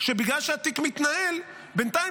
שבגלל שהתיק מתנהל בינתיים,